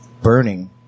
burning